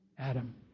Adam